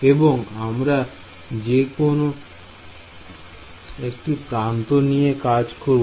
এবং আমরা যে কোন একটি প্রান্ত নিয়ে কাজ করব